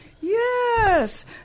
Yes